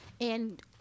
And-